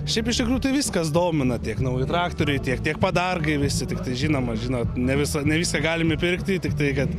šiaip iš tikrųjų tai viskas domina tiek nauji traktoriai tiek tiek padargai visi tiktai žinoma žinot ne visa ne viską galim įpirkti tiktai kad